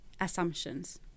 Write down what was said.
assumptions